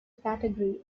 category